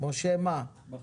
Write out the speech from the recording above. משה בכר.